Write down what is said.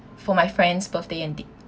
for my friend's birthday and the